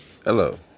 Hello